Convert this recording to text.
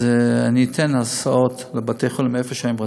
אני אתן הסעות לבתי-חולים לאן שהם רוצים,